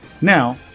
now